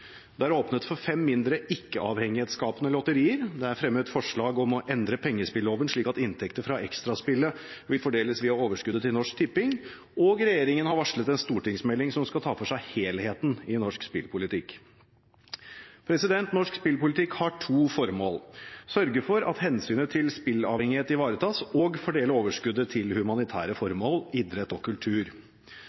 Det er åpnet for fem mindre ikke-avhengighetsskapende lotterier, det er fremmet forslag om å endre pengespilloven slik at inntekter fra Extra-spillet vil fordeles via overskuddet til Norsk Tipping, og regjeringen har varslet en stortingsmelding som skal ta for seg helheten i norsk spillpolitikk. Norsk spillpolitikk har to formål: sørge for at hensynet til spilleavhengighet ivaretas, og fordele overskuddet til humanitære formål, idrett og kultur.